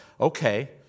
okay